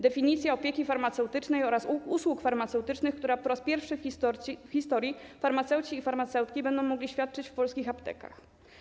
Definicja opieki farmaceutycznej oraz usług farmaceutycznych, które po raz pierwszy w historii farmaceuci i farmaceutki będą mogli świadczyć w polskich aptekach.